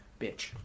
bitch